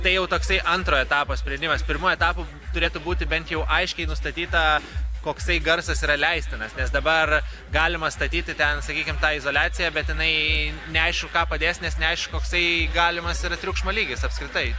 tai jau toksai antro etapo sprendimas pirmu etapu turėtų būti bent jau aiškiai nustatyta koksai garsas yra leistinas nes dabar galima statyti ten sakykim tą izoliaciją bet jinai neaišku ką padės nes neaišku koksai galimas yra triukšmo lygis apskritai